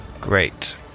Great